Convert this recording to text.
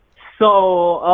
so